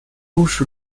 都市